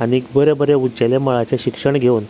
आनीक बरें बरें उंचेल्या मळाचे शिक्षण घेवून